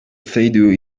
seydiu